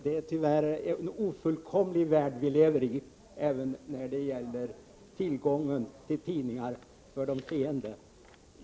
Det är tyvärr en ofullkomlig värld vi lever i även när det gäller tillgången till tidningar för de seende.